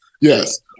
Yes